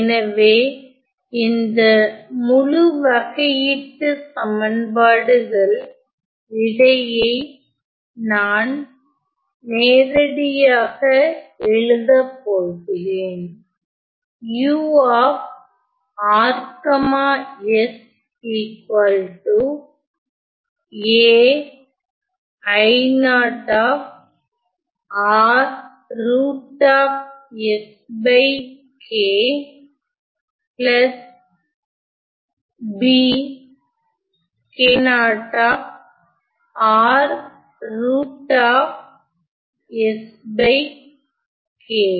எனவே இந்த முழு வகையீட்டுச் சமன்பாடுகள் விடையை நான் நேரடியாக எழுதப்போகிறேன்